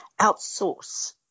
outsource